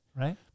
Right